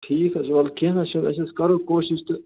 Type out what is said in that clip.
ٹھیک حظ وۅلہٕ کیٚنٛہہ نہَ حظ چھِنہٕ أسۍ حظ کَرو کوٗشِش تہٕ